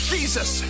Jesus